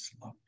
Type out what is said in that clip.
love